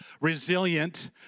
resilient